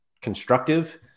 constructive